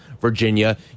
Virginia